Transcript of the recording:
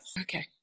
okay